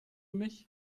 mich